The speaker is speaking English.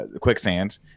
quicksand